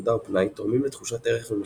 עבודה או פנאי תורמים לתחושת ערך ומשמעות,